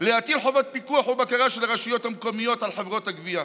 להטיל חובות פיקוח ובקרה של הרשויות המקומיות על חברות הגבייה.